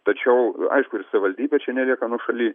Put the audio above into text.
tačiau aišku ir savivaldybė čia nelieka nuošaly